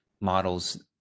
models